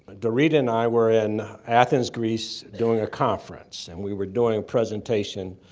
dorit and i were in athens, greece doing a conference, and we were doing a presentation.